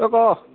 ঐ ক'